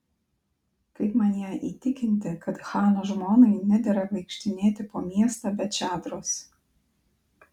kaip man ją įtikinti kad chano žmonai nedera vaikštinėti po miestą be čadros